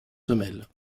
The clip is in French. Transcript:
semelles